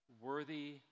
worthy